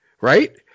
Right